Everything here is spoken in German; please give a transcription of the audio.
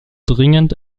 dringend